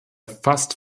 fast